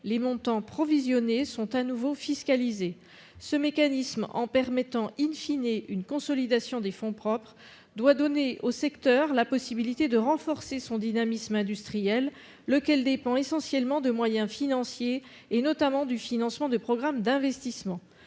les montants provisionnés seraient à nouveau fiscalisés. Un tel mécanisme, en permettant une consolidation des fonds propres, doit donner au secteur la possibilité de renforcer son dynamisme industriel, qui dépend essentiellement de moyens financiers, et notamment du financement de programmes d'investissement.